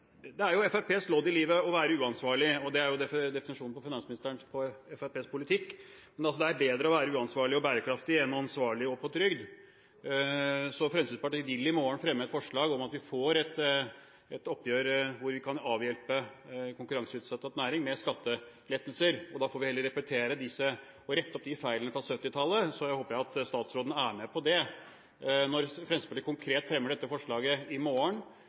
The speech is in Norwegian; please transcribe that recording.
Det er jo Fremskrittspartiets lodd i livet å være uansvarlig. Det er finansministerens definisjon av Fremskrittspartiets politikk. Men det er bedre å være uansvarlig og bærekraftig enn ansvarlig og på trygd. Så Fremskrittspartiet vil i morgen fremme et forslag om at vi får et oppgjør som gjør at vi kan avhjelpe konkurranseutsatt næring med skattelettelser. Da får vi heller rette opp feilene fra 1970-tallet. Jeg håper at statsråden er med på det. Når Fremskrittspartiet fremmer dette forslaget i morgen,